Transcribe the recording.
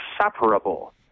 inseparable